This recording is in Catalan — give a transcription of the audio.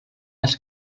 els